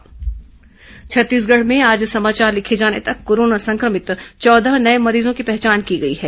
corona मरीज छत्तीसगढ़ में आज समाचार लिखे जाने तक कोरोना संक्रमित चौदह नए मरीजों की पहचान की गई है